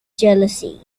jealousy